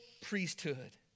priesthood